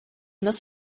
this